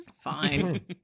fine